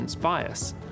bias